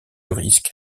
risque